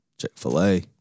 Chick-fil-A